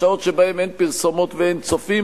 בשעות שבהן אין פרסומות ואין צופים.